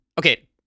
Okay